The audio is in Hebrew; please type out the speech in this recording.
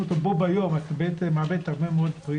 אותו בו ביום בעצם מאבדים הרבה מאוד פרי,